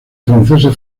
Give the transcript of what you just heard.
francesa